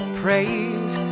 praise